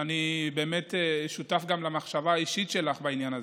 אני באמת שותף גם למחשבה האישית שלך בעניין הזה.